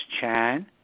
Chan